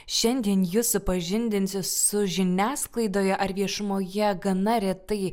šiandien jus supažindinsiu su žiniasklaidoje ar viešumoje gana retai